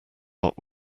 lot